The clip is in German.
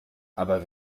aber